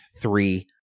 three